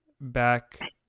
back